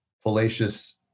fallacious